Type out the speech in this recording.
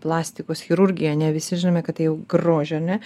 plastikos chirurgija ane visi žinome kad tai jau grožio ar ne